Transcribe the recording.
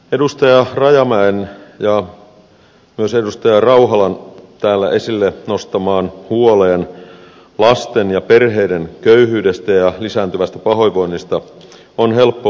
edustaja rajamäen ja myös edustaja rauhalan täällä esille nostamaan huoleen lasten ja perheiden köyhyydestä ja lisääntyvästä pahoinvoinnista on helppo yhtyä